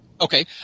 Okay